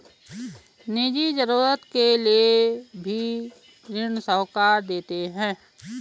निजी जरूरत के लिए भी ऋण साहूकार देते हैं